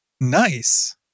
nice